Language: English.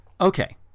Okay